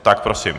Tak prosím.